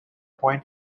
point